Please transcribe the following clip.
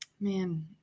Man